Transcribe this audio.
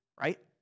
right